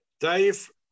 Dave